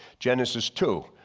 genesis two,